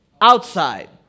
Outside